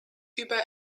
über